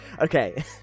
Okay